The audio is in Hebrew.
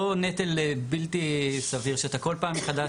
לא נטל בלתי סביר, שאתה כל פעם מחדש.